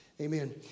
Amen